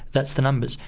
that's the numbers.